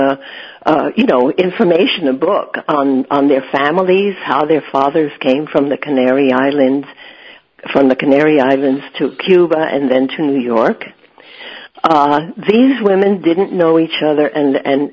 producing you know information a book on their families how their fathers came from the canary islands from the canary islands to cuba and then to new york these women didn't know each other and